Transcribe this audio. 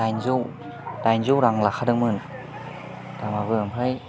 दाइन जौ दाइन जौ रां लाखादोंमोन दामाबो ओमफ्राय